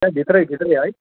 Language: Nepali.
त्यहाँ भित्रै भित्रै है